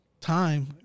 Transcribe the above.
time